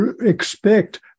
expect